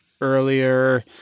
earlier